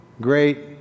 great